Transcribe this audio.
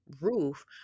roof